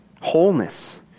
wholeness